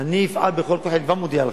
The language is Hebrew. אני אפעל בכל כוחי, אני כבר מודיע לך.